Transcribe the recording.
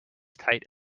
tight